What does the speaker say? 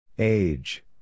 Age